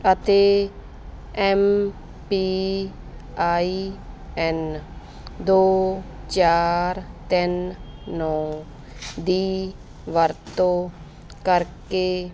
ਅਤੇ M P I N ਦੋ ਚਾਰ ਤਿੰਨ ਨੌ ਦੀ ਵਰਤੋਂ ਕਰਕੇ